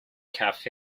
cafe